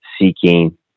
seeking